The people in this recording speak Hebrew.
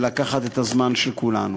לקחת את הזמן של כולנו.